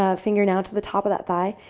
ah finger now to the top of that thigh.